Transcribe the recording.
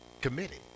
committed